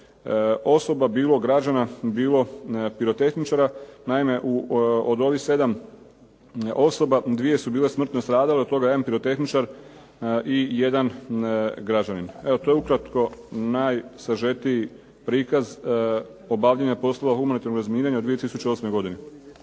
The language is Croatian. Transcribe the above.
osoba bilo građana, bilo pirotehničara. Naime, od ovih 7 osoba dvije su bile smrtno stradale, od toga jedan pirotehničar i jedan građanin. To je ukratko najsažetiji prikaz obavljanja poslova humanitarnog razminiranja u 2008. godini.